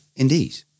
Indeed